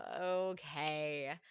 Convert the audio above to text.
okay